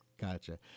Gotcha